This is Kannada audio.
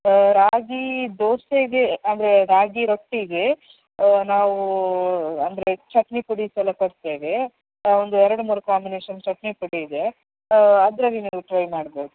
ರಾಗಿ ದೋಸೆಗೆ ಅಂದರೆ ರಾಗಿ ರೊಟ್ಟಿಗೆ ನಾವು ಅಂದರೆ ಚಟ್ನಿಪುಡೀಸೆಲ್ಲ ಕೊಡ್ತೇವೆ ಒಂದು ಎರಡು ಮೂರು ಕಾಂಬಿನೇಶನ್ ಚಟ್ನಿಪುಡಿ ಇದೆ ಅದರಲ್ಲಿ ನೀವು ಟ್ರೈ ಮಾಡಬಹುದು